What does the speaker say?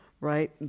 Right